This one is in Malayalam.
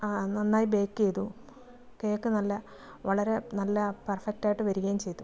നന്നായി ബേക്ക് ചെയ്തു കേക്ക് നല്ല വളരെ നല്ല പെർഫെക്റ്റ് ആയിട്ട് വരികയും ചെയ്തു